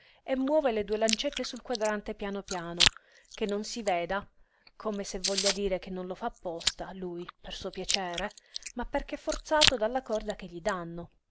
e muove le due lancette sul quadrante piano piano che non si veda come se voglia dire che non lo fa apposta lui per suo piacere ma perché forzato dalla corda che gli dànno